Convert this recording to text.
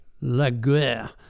Laguerre